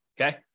Okay